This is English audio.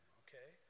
okay